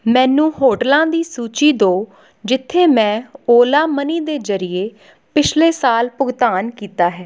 ਮੈਨੂੰ ਹੋਟਲਾਂ ਦੀ ਸੂਚੀ ਦਿਉ ਜਿੱਥੇ ਮੈਂ ਓਲਾ ਮਨੀ ਦੇ ਜ਼ਰੀਏ ਪਿਛਲੇ ਸਾਲ ਭੁਗਤਾਨ ਕੀਤਾ ਹੈ